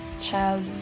child